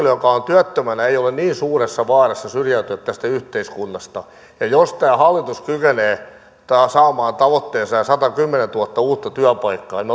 joka on työttömänä ei ole niin suuressa vaarassa syrjäytyä tästä yhteiskunnasta ja jos tämä hallitus kykenee saamaan tavoitteensa ja satakymmentätuhatta uutta työpaikkaa niin minä luulen